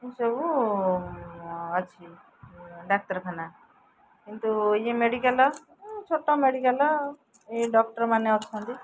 ସବୁ ଅଛି ଡାକ୍ତରଖାନା କିନ୍ତୁ ଇଏ ମେଡ଼ିକାଲ ଛୋଟ ମେଡ଼ିକାଲ ଏଇ ଡକ୍ଟରମାନେ ଅଛନ୍ତି